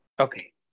Okay